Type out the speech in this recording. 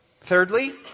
Thirdly